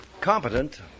competent—